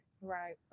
right